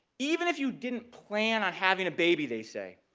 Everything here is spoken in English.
even if you didn't plan on having a baby, they say,